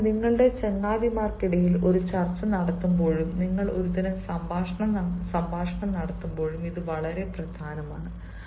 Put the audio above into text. അതിനാൽ നിങ്ങളുടെ ചങ്ങാതിമാർക്കിടയിൽ ഒരു ചർച്ച നടത്തുമ്പോഴും നിങ്ങൾ ഒരുതരം സംഭാഷണം നടത്തുമ്പോഴും ഇത് വളരെ പ്രധാനമാണ്